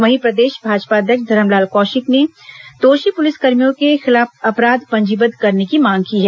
वहीं प्रदेश भाजपा अध्यक्ष धरमलाल कौशिक ने दोषी पुलिस कर्मियों के खिलाफ अपराध पंजीबद्ध करने की मांग की है